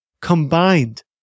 combined